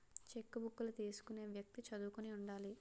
చెక్కుబుక్కులు తీసుకునే వ్యక్తి చదువుకుని ఉండాలి